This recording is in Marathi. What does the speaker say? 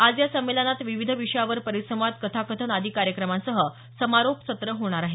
आज या संमेलनात विविध विषयावर परिसंवाद कथाकथन आदी कार्यक्रमांसह समारोप सत्र होणार आहे